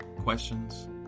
questions